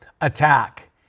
attack